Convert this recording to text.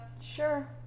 Sure